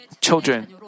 children